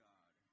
God